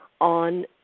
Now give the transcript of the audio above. on